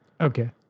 Okay